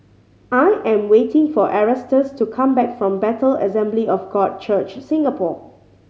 I am waiting for Erastus to come back from Bethel Assembly of God Church Singapore